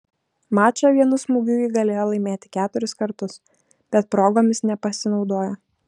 mačą vienu smūgiu ji galėjo laimėti keturis kartus bet progomis nepasinaudojo